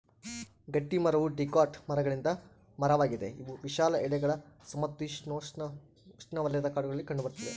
ಗಟ್ಟಿಮರವು ಡಿಕಾಟ್ ಮರಗಳಿಂದ ಮರವಾಗಿದೆ ಇವು ವಿಶಾಲ ಎಲೆಗಳ ಸಮಶೀತೋಷ್ಣಉಷ್ಣವಲಯ ಕಾಡುಗಳಲ್ಲಿ ಕಂಡುಬರ್ತದ